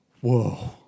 Whoa